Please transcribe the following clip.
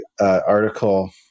article